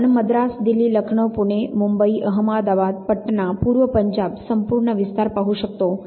पुन्हा आपण मद्रास दिल्ली लखनौ पुणे मुंबई अहमदाबाद पटणा पूर्व पंजाब संपूर्ण विस्तार पाहू शकतो